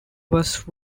was